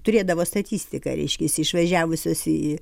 turėdavo statistiką reiškias išvažiavusios į